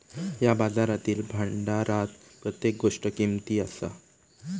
या बाजारातील भांडारात प्रत्येक गोष्ट किमती असा